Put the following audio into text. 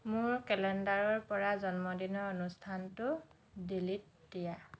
মোৰ কেলেণ্ডাৰৰ পৰা জন্মদিনৰ অনুষ্ঠানটো ডিলিট দিয়া